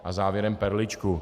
A závěrem perličku.